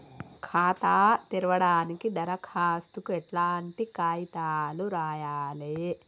ఖాతా తెరవడానికి దరఖాస్తుకు ఎట్లాంటి కాయితాలు రాయాలే?